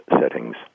settings